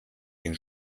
den